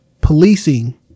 policing